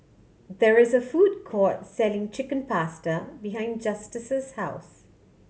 there is a food court selling Chicken Pasta behind Justus' house